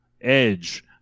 Edge